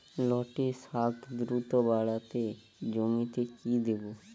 লটে শাখ দ্রুত বাড়াতে জমিতে কি দেবো?